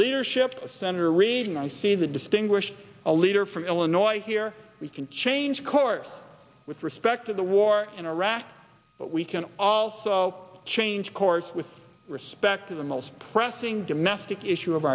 leadership of senator reid and i see the distinguished a leader from illinois here we can change course with respect to the war in iraq but we can also change course with respect to the most pressing domestic issue of